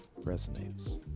resonates